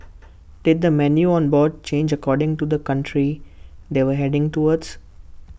did the menu on board change according to the country they were heading towards